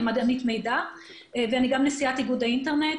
אני מדענית מידע ואני גם נשיאת איגוד האינטרנט